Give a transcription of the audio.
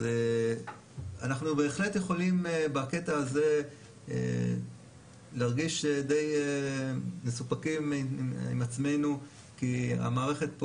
אנחנו בהחלט יכולים בקטע הזה להרגיש די מסופקים עם עצמנו כי המערכת פה